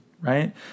right